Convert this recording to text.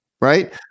right